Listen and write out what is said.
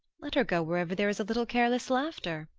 let her go wherever there is a little careless laughter.